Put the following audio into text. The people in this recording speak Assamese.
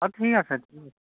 অঁ ঠিক আছে ঠিক আছে